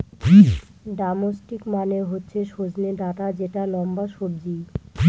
drumstick মানে হচ্ছে সজনে ডাটা যেটা লম্বা সবজি